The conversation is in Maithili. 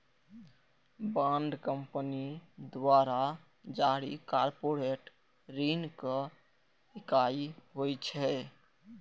बांड कंपनी द्वारा जारी कॉरपोरेट ऋणक इकाइ होइ छै